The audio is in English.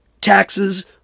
taxes